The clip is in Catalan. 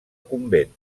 convent